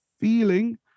feeling